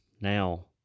now